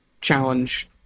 challenge